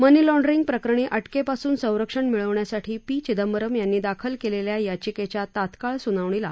मनी laundering प्रकरणी अटकेपासून संरक्षण मिळवण्यासाठी पी चिदंबरम यांनी दाखल केलेल्या याचिकेच्या तात्काळ सूनावणीला